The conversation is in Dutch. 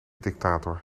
dictator